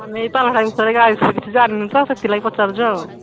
ଆମେ ଏ ପାଲଲହଡ଼ା ବିଷୟରେ ଆ ବିଷୟରେ କିଛି ଜାଣିନୁ ତ ସେଥିଲାଗି ପଚାରୁଛୁ ଆଉ